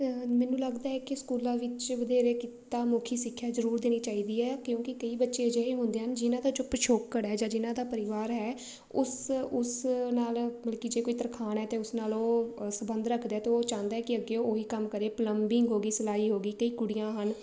ਮੈਨੂੰ ਲੱਗਦਾ ਹੈ ਕਿ ਸਕੂਲਾਂ ਵਿੱਚ ਵਧੇਰੇ ਕਿੱਤਾ ਮੁਖੀ ਸਿੱਖਿਆ ਜ਼ਰੂਰ ਦੇਣੀ ਚਾਹੀਦੀ ਹੈ ਕਿਉਂਕਿ ਕਈ ਬੱਚੇ ਅਜਿਹੇ ਹੁੰਦੇ ਹਨ ਜਿਨ੍ਹਾਂ ਦਾ ਜੋ ਪਿਛੋਕੜ ਹੈ ਜਾਂ ਜਿਨ੍ਹਾਂ ਦਾ ਪਰਿਵਾਰ ਹੈ ਉਸ ਉਸ ਨਾਲ ਮਤਲਬ ਕਿ ਜੇ ਕੋਈ ਤਰਖਾਣ ਹੈ ਅਤੇ ਉਸ ਨਾਲ ਉਹ ਸਬੰਧ ਰੱਖਦਾ ਹੈ ਅਤੇ ਉਹ ਚਾਹੁੰਦਾ ਕਿ ਅੱਗੇ ਉਹ ਉਹ ਹੀ ਕੰਮ ਕਰੇ ਪਲੰਬਿੰਗ ਹੋ ਗਈ ਸਿਲਾਈ ਹੋ ਗਈ ਕਈ ਕੁੜੀਆਂ ਹਨ